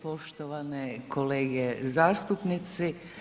Poštovane kolege zastupnici.